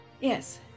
Yes